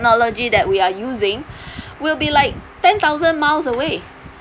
technology that we are using we'll be like ten thousand miles away